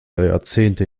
jahrzehnte